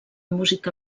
música